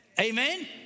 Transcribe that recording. Amen